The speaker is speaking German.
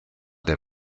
der